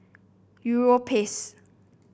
Europace